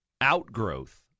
outgrowth